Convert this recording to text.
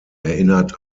erinnert